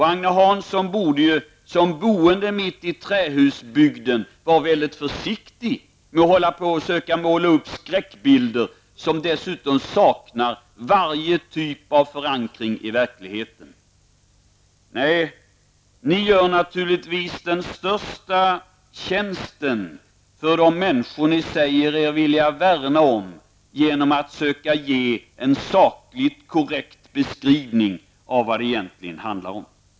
Agne Hansson borde, som boende mitt i trähusbygden, vara väldigt försiktig med att söka måla upp skräckbilder, som dessutom saknar varje typ av förankring i verkligheten. Nej, ni gör naturligtvis de människor ni säger er vilja värna om den största tjänsten genom att söka ge en sakligt korrekt beskrivning av vad det egentligen handlar om.